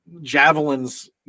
javelins